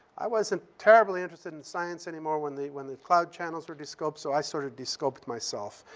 i wasn't terribly interested in science anymore when the when the cloud channels were de-scoped, so i sort of de-scoped myself.